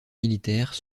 militaires